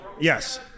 Yes